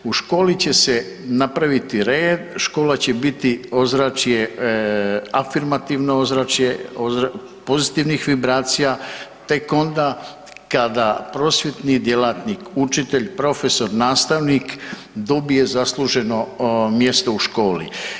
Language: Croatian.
U školi će se napraviti red, škola će biti ozračje afirmativno ozračje pozitivnih vibracija, tek onda kada prosvjetni djelatnik, učitelj, profesor, nastavnik dobije zasluženo mjesto u školi.